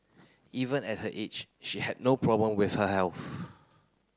even at her age she had no problem with her health